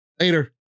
later